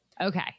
okay